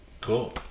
cool